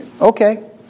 okay